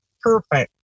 perfect